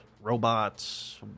robots